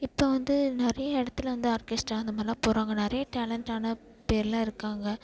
இப்போ வந்து நிறைய இடத்துல வந்து ஆர்கெஸ்ட்ரா அந்த மாதிரிலாம் போடுறாங்க நிறைய டேலண்டான பேர் எல்லாம் இருக்காங்க